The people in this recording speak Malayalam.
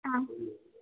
ആ